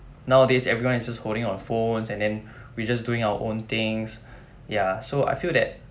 nowadays everyone is just holding on phones and then we just doing our own things ya so I feel that